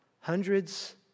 hundreds